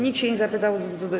Nikt się nie zapisał.